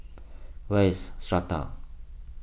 where is Strata